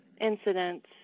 incidents